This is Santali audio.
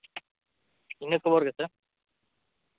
ᱤᱱᱟᱹ ᱠᱷᱚᱵᱚᱨ ᱜᱮᱥᱮ